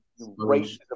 racism